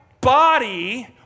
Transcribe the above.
body